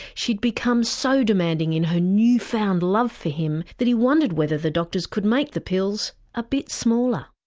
she'd become so demanding in her newfound love for him that he wondered whether the doctors could make the pills a bit smaller.